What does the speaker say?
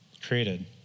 Created